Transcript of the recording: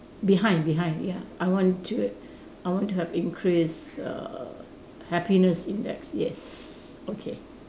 behind behind ya I want to I want to have increase err happiness index yes okay